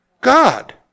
God